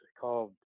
called